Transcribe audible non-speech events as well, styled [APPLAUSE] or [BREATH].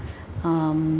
[BREATH] um